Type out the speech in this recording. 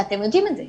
ואתם יודעים את זה,